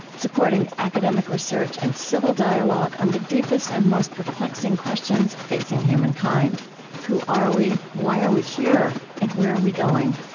supporting academic research and civil dialogue on the deepest and most perplexing questions facing humankind who are we? why are we here? and where are we going?